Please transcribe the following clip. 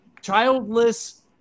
childless